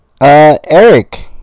Eric